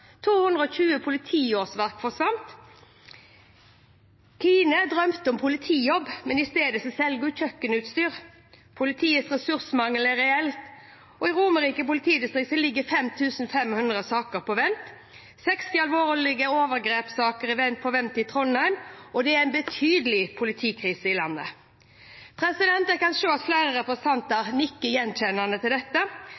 220 politiårsverk forsvant Kine drømte om politijobb, i stedet selger hun kjøkkenutstyr Politiets ressursmangel er reell I Romerike politidistrikt ligger 5 500 saker på vent 60 alvorlige overgrepssaker på vent i Trondheim Det er en betydelig politikrise i landet Jeg kan se at flere representanter